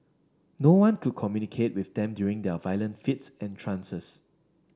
no one could communicate with them during their violent fits and trances